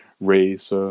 race